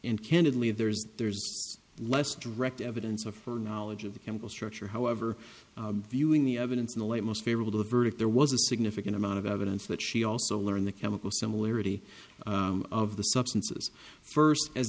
candidly there's there's less direct evidence of for knowledge of the chemical structure however viewing the evidence in the light most favorable to the verdict there was a significant amount of evidence that she also learned the chemical similarity of the substances first as